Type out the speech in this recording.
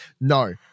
no